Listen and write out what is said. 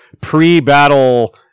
pre-battle